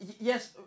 yes